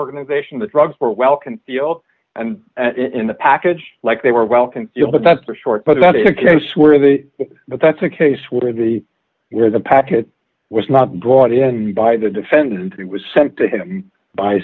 organization the drugs were well concealed and in the package like they were well concealed but that's a short but that is a case where the but that's a case where the where the packet was not brought in by the defendant it was sent to him by